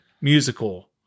musical